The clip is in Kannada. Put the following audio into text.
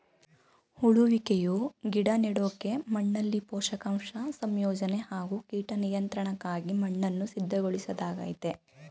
ಉಳುವಿಕೆಯು ಗಿಡ ನೆಡೋಕೆ ಮಣ್ಣಲ್ಲಿ ಪೋಷಕಾಂಶ ಸಂಯೋಜನೆ ಹಾಗೂ ಕೀಟ ನಿಯಂತ್ರಣಕ್ಕಾಗಿ ಮಣ್ಣನ್ನು ಸಿದ್ಧಗೊಳಿಸೊದಾಗಯ್ತೆ